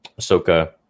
Ahsoka